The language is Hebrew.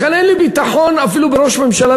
לכן אין לי ביטחון אפילו בראש ממשלה,